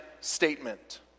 statement